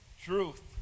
truth